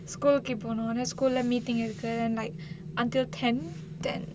school கி போணும்:ki ponum school leh meeting இருக்கு:irukku like until ten ten